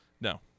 No